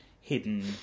hidden